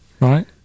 right